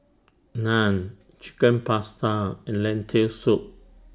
Naan Chicken Pasta and Lentil Soup